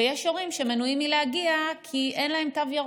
ויש הורים שמנועים מלהגיע, כי אין להם תו ירוק,